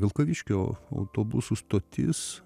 vilkaviškio autobusų stotis